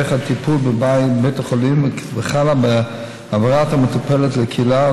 דרך הטיפול בבית החולים וכלה בהעברת המטופלת לקהילה